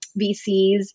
VCs